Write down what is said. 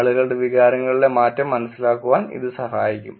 ആളുകളുടെ വികാരങ്ങളിലെ മാറ്റം മനസ്സിലാക്കാൻ ഇത് സഹായിക്കും